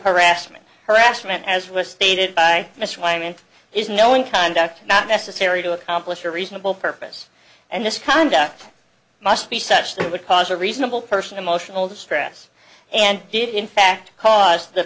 harassment harassment as was stated by mr clement is knowing conduct not necessary to accomplish a reasonable purpose and this conduct must be such that would cause a reasonable person emotional distress and did in fact cause